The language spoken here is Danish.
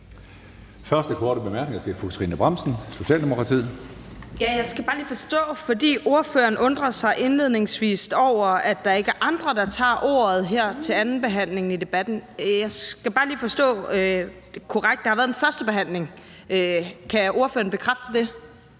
Første korte bemærkning er til fru Trine Bramsen, Socialdemokratiet. Kl. 13:21 Trine Bramsen (S): Ordføreren undrer sig indledningsvis over, at der ikke er andre, der tager ordet i debatten her ved andenbehandlingen. Jeg skal bare lige forstå: Det er korrekt, at der har været en første behandling – kan ordføreren bekræfte det?